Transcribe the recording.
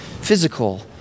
physical